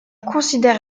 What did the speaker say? considère